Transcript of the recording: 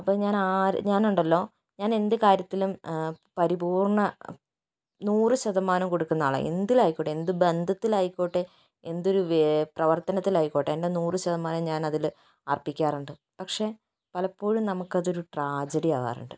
അപ്പോൾ ഞാനാര് ഞാനുണ്ടല്ലോ ഞാനെന്തു കാര്യത്തിലും പരിപൂർണ്ണ നൂറു ശതമാനവും കൊടുക്കുന്ന ആളാ എന്തിലായിക്കോട്ടെ എന്ത് ബന്ധത്തിലായിക്കോട്ടെ എന്തൊരു പ്രവർത്തനത്തിലായിക്കോട്ടെ എൻ്റെ നൂറു ശതമാനം ഞാനതില് അർപ്പിക്കാറുണ്ട് പക്ഷെ പലപ്പോഴും നമുക്കതൊരു ട്രാജഡി ആവാറുണ്ട്